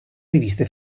riviste